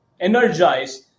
Energize